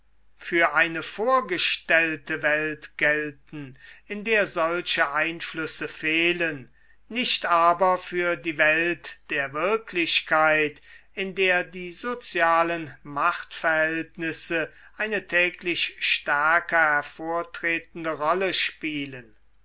für eine vorgestellte welt gelten in der solche einflüsse fehlen nicht aber für die welt der wirklichkeit in der die sozialen machtverhältnisse eine täglich stärker hervortretende rolle spielen